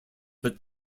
but